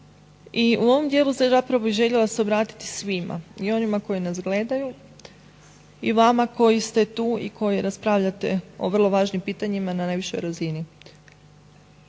i u ovom dijelu bih se zapravo željela obratiti svima i onima koji nas gledaju i vama koji ste tu i koji raspravljate o vrlo važnim pitanjima na najvišoj razini.